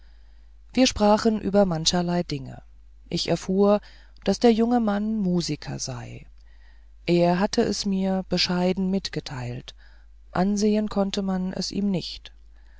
wir sprachen über mancherlei dinge ich erfuhr daß der junge mann musiker sei er hatte es mir bescheiden mitgeteilt ansehen konnte man es ihm nicht